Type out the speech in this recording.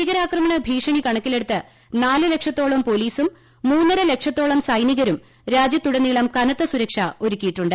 ഭീകരാക്രമണഭീഷണി കണക്കിലെടുത്ത് നാല് ലക്ഷത്തോളം പോലീസും മൂന്നര ലക്ഷത്തോളം സൈനികരും രാജ്യത്തുടനീളം കനത്ത സുരക്ഷ ഒരുക്കിയിട്ടുണ്ട്